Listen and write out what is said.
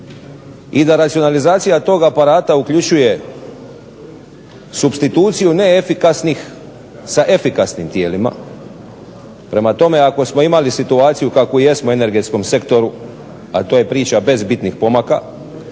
i da racionalizacija tog aparata uključuje supstituciju neefikasnih sa efikasnim tijelima. Prema tome, ako smo imali situaciju kakvu jesmo u energetskom sektoru a to je priča bez bitnih pomaka